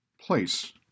place